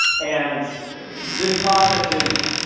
and this process is